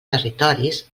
territoris